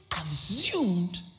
assumed